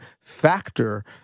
factor